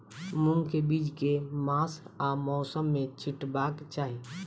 मूंग केँ बीज केँ मास आ मौसम मे छिटबाक चाहि?